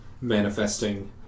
manifesting